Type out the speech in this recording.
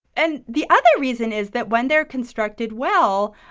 and the other reason is that when they're constructed well,